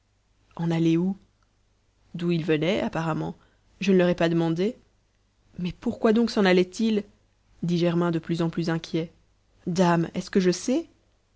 en allés où d'où ils venaient apparemment je ne leur ai pas demandé mais pourquoi donc s'en allaient-ils dit germain de plus en plus inquiet dame est-ce que je sais